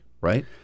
right